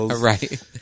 Right